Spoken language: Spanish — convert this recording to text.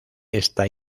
está